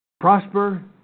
prosper